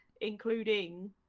Including